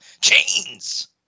chains